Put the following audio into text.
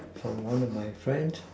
from one of my friends